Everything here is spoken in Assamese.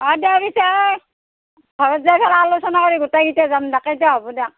অঁ দে পিছে অ'ই ঘৰত যাই পেলাই আলোচনা কৰি গোটেই কিটা যাম দে এতিয়া হ'ব দক